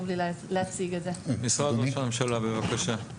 משרד ראש הממשלה, בבקשה.